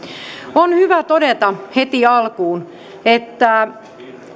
on hyvä todeta heti alkuun että